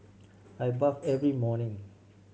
I bathe every morning